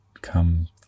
Come